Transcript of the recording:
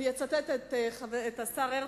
אני אצטט את השר הרצוג,